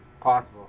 possible